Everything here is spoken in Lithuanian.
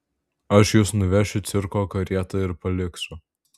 aš jus nuvešiu cirko karieta ir paliksiu